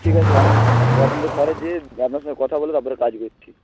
ঠিক আছে আমি আপনাদের ঘরে যেয়ে আপনার সঙ্গে কথা বলে তারপরে কাজ করছি